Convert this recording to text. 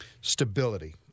stability